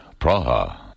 Praha